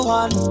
one